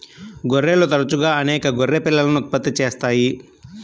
గొర్రెలు తరచుగా అనేక గొర్రె పిల్లలను ఉత్పత్తి చేస్తాయి